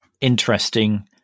interesting